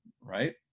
right